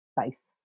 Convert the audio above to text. base